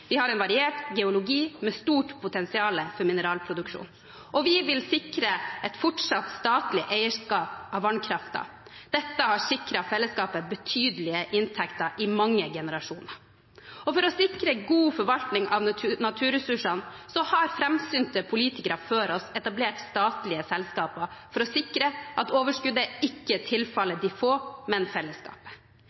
vi har en variert geologi med stort potensial for mineralproduksjon – og vi vil sikre et fortsatt statlig eierskap av vannkraften. Dette har sikret fellesskapet betydelige inntekter i mange generasjoner. For å sikre god forvaltning av naturressursene har framsynte politikere før oss etablert statlige selskaper for å sikre at overskuddet ikke tilfaller de få, men fellesskapet.